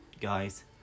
guys